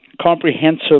comprehensive